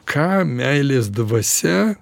ką meilės dvasia